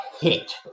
hit